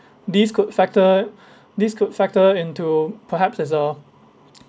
this could factor this could factor into perhaps as a